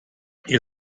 ihr